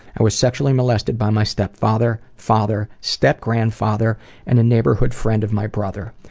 i was sexually molested by my stepfather, father, stepgrandfather and a neighbourhood friend of my brother.